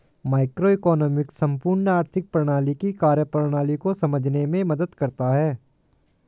macroeconomics संपूर्ण आर्थिक प्रणाली की कार्यप्रणाली को समझने में मदद करता है